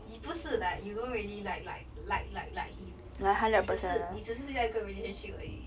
你不是 like you don't really like like like like like him 你只是你只是要一个 relationship 而已